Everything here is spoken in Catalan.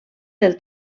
del